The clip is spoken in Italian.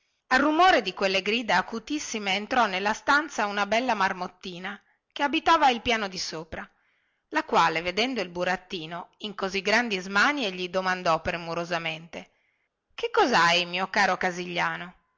al rumore di quelle grida acutissime entrò nella stanza una bella marmottina che abitava il piano di sopra la quale vedendo il burattino in così grandi smanie gli domandò premurosamente che coshai mio caro casigliano